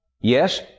Yes